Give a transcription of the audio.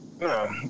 No